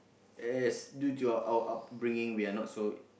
as due to our our upbringing we are not so